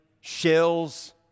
shells